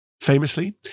Famously